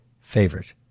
favorite